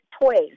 toys